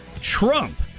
Trump